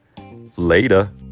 Later